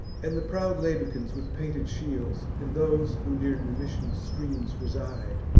and the proud labicans, with painted shields, and those who near numician streams reside,